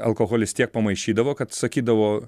alkoholis tiek pamaišydavo kad sakydavo